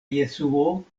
jesuo